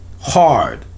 hard